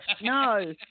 No